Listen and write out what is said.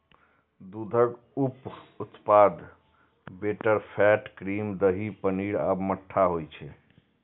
दूधक उप उत्पाद बटरफैट, क्रीम, दही, पनीर आ मट्ठा होइ छै